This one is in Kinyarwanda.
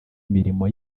mirimo